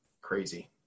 crazy